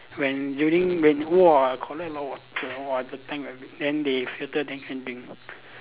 when during rain !wah! collect a lot of water !wah! the tank ah then they filter then can drink